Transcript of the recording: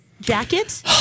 jacket